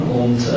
und